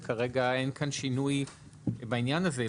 וכרגע אין שינוי בעניין הזה,